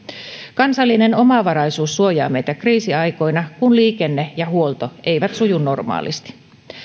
kansallinen omavaraisuus suojaa meitä kriisiaikoina kun liikenne ja huolto eivät suju normaalisti